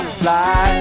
fly